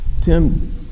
Tim